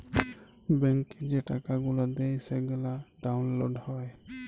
ব্যাংকে যে টাকা গুলা দেয় সেগলা ডাউল্লড হ্যয়